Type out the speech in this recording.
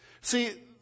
See